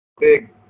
big